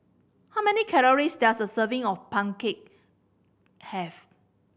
how many calories does a serving of pumpkin cake have